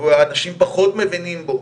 ואנשים פחות מבינים בו,